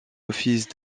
office